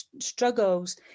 struggles